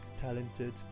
talented